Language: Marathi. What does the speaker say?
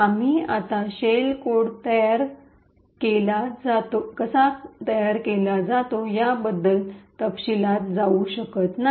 आम्ही आत्ता शेल कोड कसा तयार केला जातो याबद्दल तपशीलात जाऊ शकत नाही